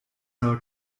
are